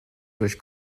durch